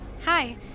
Hi